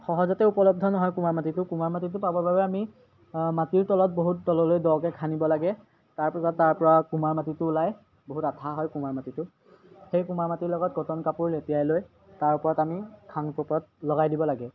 সহজতে উপলব্ধ নহয় কুমাৰ মাটিটো কুমাৰ মাটিটো পাবৰ বাবে আমি মাটিৰ তলত বহুত তললৈ দকৈ খান্দিব লাগে তাৰপিছত তাৰ পৰা কুমাৰ মাটিটো ওলায় বহুত আঠা হয় কুমাৰ মাটিটো সেই কুমাৰ মাটিৰ লগত কটন কাপোৰ লেটিয়াই লৈ তাৰ ওপৰত আমি খাঙটোৰ ওপৰত লগাই দিব লাগে